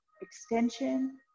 extension